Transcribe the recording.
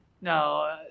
No